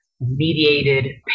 mediated